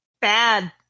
Bad